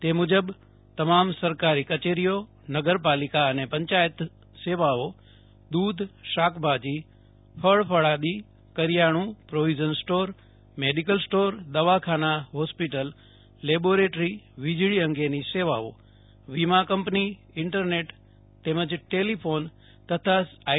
તે મુજબ તમામ સરકારીનગર પાલિકા અને પંચાયત સેવાઓ દુધશાકભાજી ફળ ફળાદીકરીયાણુપ્રોવિઝન સ્ટોર મેડીકલ સ્ટોરદવાખાના હોસ્પિટલ લેબોરેટરી વીજળી અંગેની સેવાઓવિમા કંપની ઈન્ટરનેટ તેમજ ટેલિફોન તથા આઈ